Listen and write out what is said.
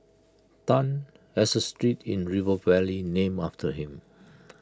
Tan has A street in river valley named after him